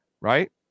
right